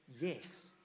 yes